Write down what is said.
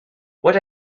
what